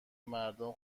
مردم